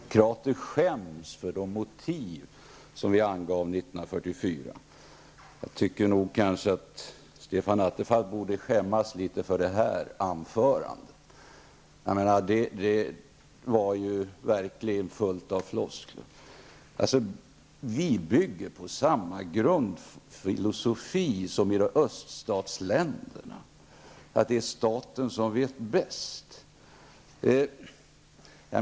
Fru talman! Stefan Attefall frågar om vi socialdemokrater skäms för de motiv som vi angav 1984 för löntagarfondernas införande. Jag tycker att Stefan Attefall borde skämmas litet grand för sitt anförande här. Det var verkligen fyllt av floskler. Stefan Attefall säger vidare att vi socialdemokrater bygger på samma grundfilosofi som i öststatsländerna, dvs. att staten vet bäst.